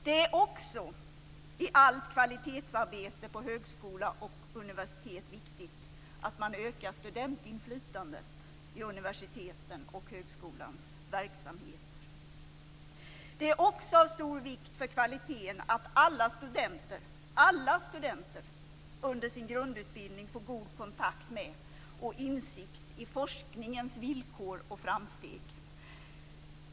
Det är också i allt kvalitetsarbete på högskola och universitet viktigt att man ökar studentinflytandet i universitetets och högskolans verksamhet. Det är också av stor vikt för kvaliteten att alla studenter - alla studenter! - under sin grundutbildning får god kontakt med och insikt i forskningens villkor och framsteg.